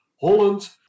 Holland